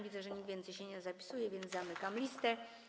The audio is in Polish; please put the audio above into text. Widzę, że nikt więcej się nie zapisuje, więc zamykam listę.